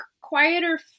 quieter